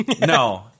no